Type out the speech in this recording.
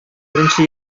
беренче